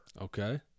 Okay